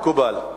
מקובל.